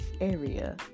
area